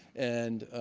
and